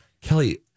Kelly